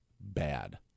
bad